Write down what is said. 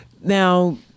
Now